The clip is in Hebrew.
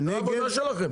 זו העבודה שלכם.